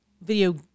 video